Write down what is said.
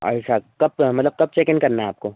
ऐसा कब मतलब कब चेक इन करना है आपको